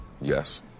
Yes